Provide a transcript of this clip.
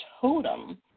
totem